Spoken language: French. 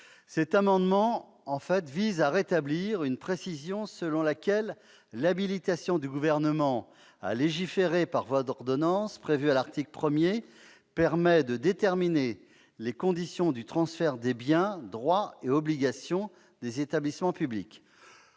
... -vise à rétablir une précision : l'habilitation à légiférer par voie d'ordonnance prévue à l'article 1 permet de déterminer les conditions du transfert des biens, droits et obligations des établissements publics,